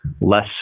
less